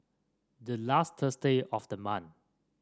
the last Thursday of the month